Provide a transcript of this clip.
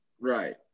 Right